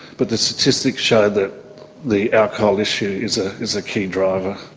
but the statistics show that the alcohol issue is ah is a key driver.